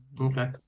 Okay